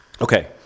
Okay